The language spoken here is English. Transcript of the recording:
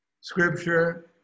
scripture